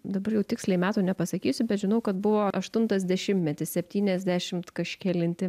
dabar jau tiksliai metų nepasakysiu bet žinau kad buvo aštuntas dešimtmetis septyniasdešimt kažkelinti